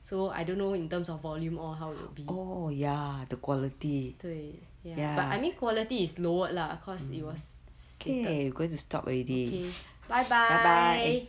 so I don't know in terms of volume or how it will be 对 ya I mean quality is lowered lah cause it was stated okay bye bye